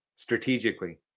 strategically